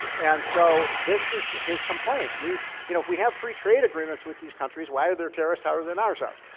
and so this is his complaint. you know if we have free trade agreements with these countries, why are their terrorist higher than ours are?